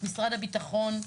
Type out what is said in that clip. את משרד הביטחון.